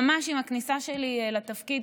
ממש עם הכניסה שלי לתפקיד,